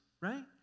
right